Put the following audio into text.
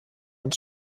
und